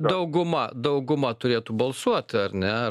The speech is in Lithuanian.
dauguma dauguma turėtų balsuot ar ne